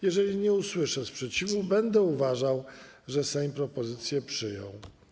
Jeżeli nie usłyszę sprzeciwu, będę uważał, że Sejm propozycję przyjął.